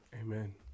Amen